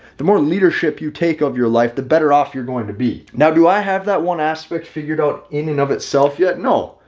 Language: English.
the more leadership you take of your life, the better off you're going to be. now, do i have that one aspect figured out in and of itself yet? no.